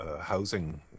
housing